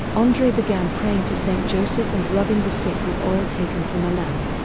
andre began praying to saint joseph and rubbing the sick with oil taken from a lamp.